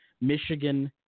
Michigan